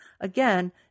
Again